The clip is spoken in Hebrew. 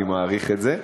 אני מעריך את זה,